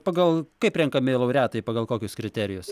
pagal kaip renkami laureatai pagal kokius kriterijus